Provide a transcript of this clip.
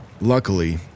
Luckily